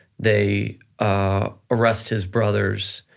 they ah arrest his brothers,